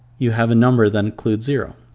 you have a number that includes zero.